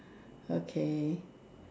okay